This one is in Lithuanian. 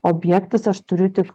objektas aš turiu tik